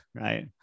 right